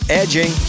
edging